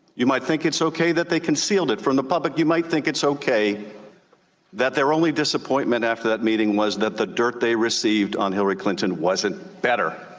you might think it's okay that they concealed it from the public. you might think it's okay that their only disappointment after that meeting was that the dirt they received on hillary clinton wasn't better.